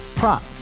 Prop